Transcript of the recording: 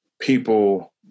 people